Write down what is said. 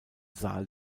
saal